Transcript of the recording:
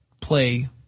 play